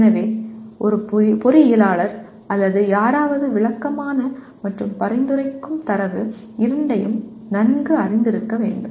எனவே ஒரு பொறியியலாளர் அல்லது யாராவது விளக்கமான மற்றும் பரிந்துரைக்கும் தரவு இரண்டையும் நன்கு அறிந்திருக்க வேண்டும்